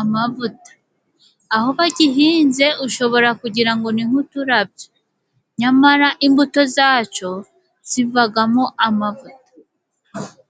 amavuta. Aho bagihinze ushobora kugira ngo ni nk'uturabyo, nyamara imbuto zacyo zivagamo amavuta.